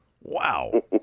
Wow